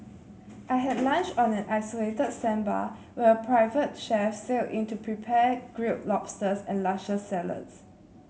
I had lunch on an isolated sandbar where a private chef sailed in to prepare grilled lobsters and luscious salads